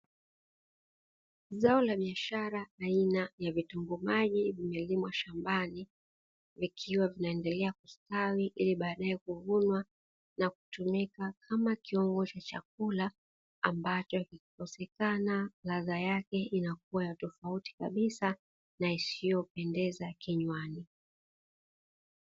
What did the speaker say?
Zao la biashara aina ya vitunguu maji limelimwa shambani, vikiwa vineandelea kustawi ili baadae kuvunwa na kutumika kama kiungo cha chakula, ambacho kikikosekana radha yake inakuwa ya tofauti kabisa na isiyopendeza kinywani.